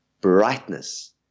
brightness